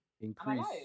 increase